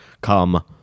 come